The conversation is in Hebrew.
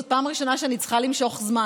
זאת פעם ראשונה שאני צריכה למשוך זמן,